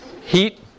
heat